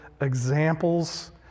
examples